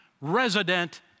resident